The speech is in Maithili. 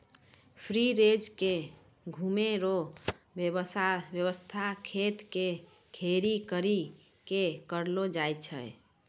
फ्री रेंज मे घुमै रो वेवस्था खेत के घेरी करी के करलो जाय छै